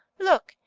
look,